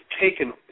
taken